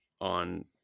on